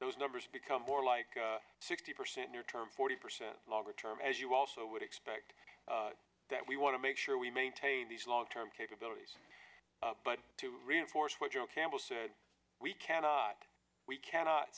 those numbers become more like sixty percent near term forty percent longer term as you also would expect that we want to make sure we maintain these long term capabilities but to reinforce what joe campbell said we cannot we cannot